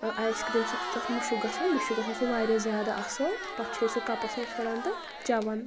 ٲں ice cream سۭتۍ چھُ تتھ مشک گَژھان بیٚیہِ چھُ گژھان سُہ وارِیاہ زیادٕ اصٕل پتہٕ چھِ أسۍ سُہ کپس منٛز پھران تہٕ چیٚوان